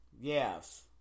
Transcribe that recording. Yes